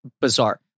bizarre